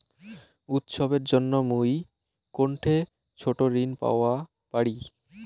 উৎসবের জন্য মুই কোনঠে ছোট ঋণ পাওয়া পারি?